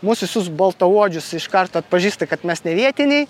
mus visus baltaodžius iš karto atpažįsta kad mes nevietiniai